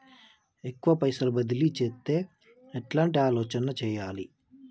ఎక్కువ పైసలు బదిలీ చేత్తే ఎట్లాంటి ఆలోచన సేయాలి?